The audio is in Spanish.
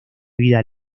vida